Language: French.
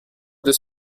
deux